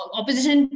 opposition